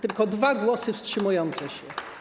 Tylko dwa głosy wstrzymujące się.